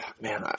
man